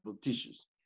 tissues